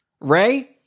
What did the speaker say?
Ray